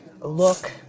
look